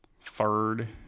third